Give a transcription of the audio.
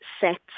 sets